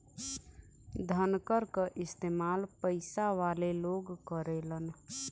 धनकर क इस्तेमाल पइसा वाले लोग करेलन